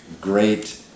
great